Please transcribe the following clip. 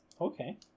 Okay